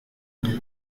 elle